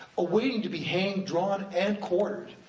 awaiting to be hanged, drawn and quartered,